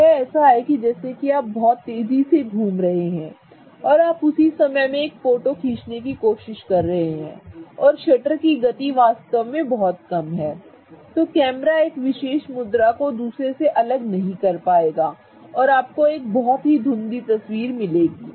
तो यह ऐसा है जैसे कि आप बहुत तेज़ी से घूम रहे हैं और आप उसी समय में एक फोटो खींचने की कोशिश कर रहे हैं और शटर की गति वास्तव में बहुत कम है तो कैमरा एक विशेष मुद्रा को दूसरे से अलग नहीं कर पाएगा और आपको एक बहुत ही धुंधली तस्वीर मिलेगी